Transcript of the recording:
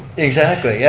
exactly, yeah